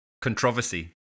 Controversy